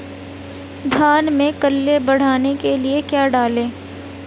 धान में कल्ले बढ़ाने के लिए क्या डालें?